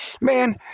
Man